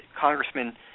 Congressman